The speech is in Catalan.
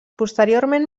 posteriorment